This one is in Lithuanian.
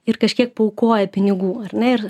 ir kažkiek paaukoja pinigų ar ne ir